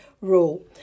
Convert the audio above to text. role